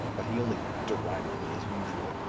but he only derided me as usual.